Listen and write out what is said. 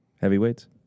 Heavyweights